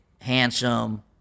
Handsome